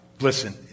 listen